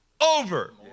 over